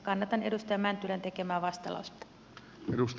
kannatan edustaja mäntylän tekemää vastalausetta